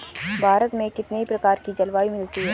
भारत में कितनी प्रकार की जलवायु मिलती है?